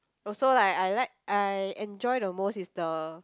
also like I like I enjoy the most is the